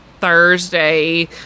Thursday